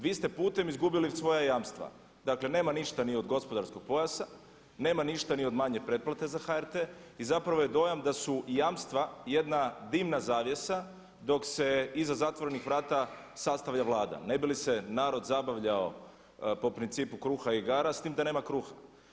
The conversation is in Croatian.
Vi ste putem izgubili svoja jamstva, dakle nema ništa ni od gospodarskog pojasa, nema ništa ni od manje pretplate za HRT i zapravo je dojam da su jamstva jedna dimna zavjesa dok se iza zatvorenih vrata sastavlja vlada, ne bi li se narod zabavljao po principu kruga i igara, s tim da nema kruha.